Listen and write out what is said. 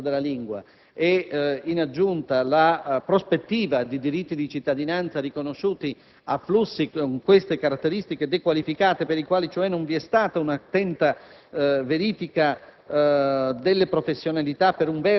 e tantomeno di una casa o della conoscenza della lingua e in aggiunta la prospettiva di diritti di cittadinanza riconosciuti a flussi con queste caratteristiche dequalificate - per i quali cioè non vi è stata un'attenta verifica